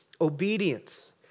Obedience